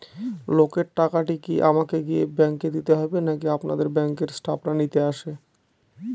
লোনের টাকাটি কি আমাকে গিয়ে ব্যাংক এ দিতে হবে নাকি আপনাদের ব্যাংক এর স্টাফরা নিতে আসে?